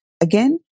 Again